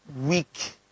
weak